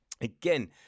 again